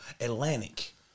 Atlantic